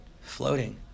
floating